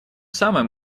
самым